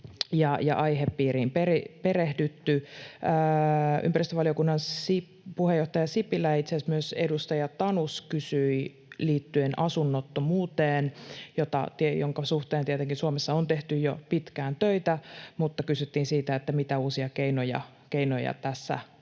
jonka aihepiiriin perehdytty. Ympäristövaliokunnan puheenjohtaja Sipilä ja itse asiassa myös edustaja Tanus kysyivät liittyen asunnottomuuteen, jonka suhteen tietenkin Suomessa on tehty jo pitkään töitä, mutta kysyttiin siitä, mitä uusia keinoja tässä